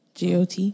GOT